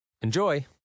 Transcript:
Enjoy